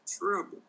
trouble